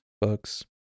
books